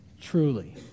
truly